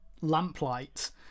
lamplight